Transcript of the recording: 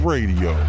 Radio